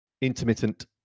intermittent